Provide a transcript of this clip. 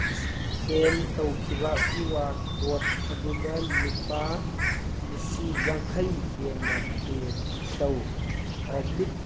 scan ꯇꯧꯈꯤꯕ Q R code ꯑꯗꯨꯗ ꯂꯨꯄꯥ ꯂꯤꯁꯤꯡ ꯌꯥꯡꯈꯩ ꯍꯦꯟꯅ ꯄꯦ ꯇꯧ ꯑꯣꯕ꯭ꯂꯤꯛ